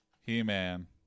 he-man